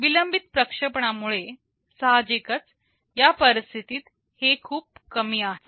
विलंबित प्रक्षेपणामुळे सहाजिकच या परिस्थितीत हे खूप कमी आहे